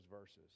verses